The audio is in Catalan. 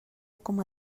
coma